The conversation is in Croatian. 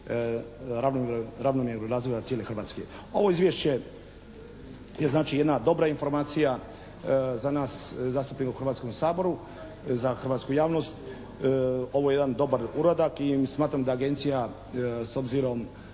ravnomjernog razvoja cijele Hrvatske. Ovo izvješće je znači jedna dobra informacija za nas zastupnike u Hrvatskom saboru, za hrvatsku javnost. Ovo je jedan dobar uradak i smatram da agencija s obzirom